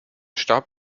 starb